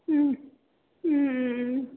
ம் ம் ம் ம்